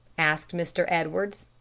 asked mr. edwards.